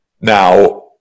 Now